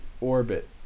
orbit